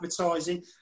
advertising